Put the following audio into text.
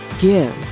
GIVE